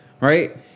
right